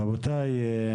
רבותיי,